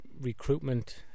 recruitment